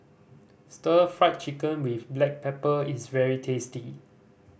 Stir Fried Chicken with black pepper is very tasty